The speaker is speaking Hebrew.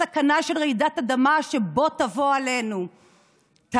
הסכנה של רעידת אדמה שבוא תבוא עלינו תעמיד